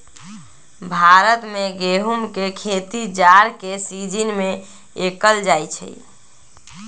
भारत में गेहूम के खेती जाड़ के सिजिन में कएल जाइ छइ